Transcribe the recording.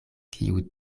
kiu